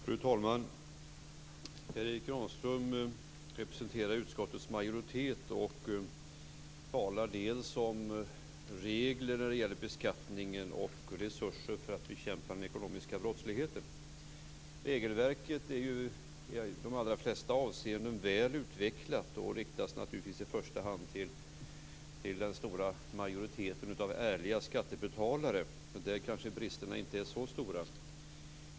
Fru talman! Per Erik Granström representerar utskottets majoritet och talar dels om regler när det gäller beskattningen, dels om resurser för att bekämpa den ekonomiska brottsligheten. Regelverket är ju i de allra flesta avseenden väl utvecklat och riktar sig naturligtvis i första hand mot den stora majoriteten av ärliga skattebetalare. Där kanske bristerna inte är så stora.